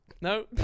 No